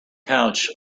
couch